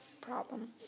problem